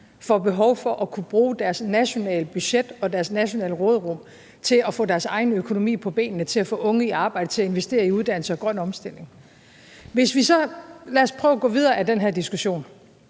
får behov for at kunne bruge deres nationale budgetter og deres nationale råderum til at få deres egne økonomier på benene, til at få de unge i arbejde, til at investere i uddannelse og grøn omstilling. Lad os prøve at gå videre i den her diskussion.